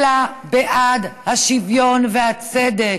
אלא בעד השוויון והצדק.